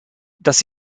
dass